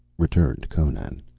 returned conan.